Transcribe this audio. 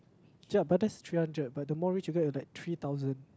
ya but that's three hundred but more rich you go like three thousand